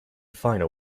finer